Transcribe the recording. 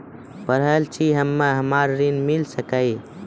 पढल छी हम्मे हमरा ऋण मिल सकई?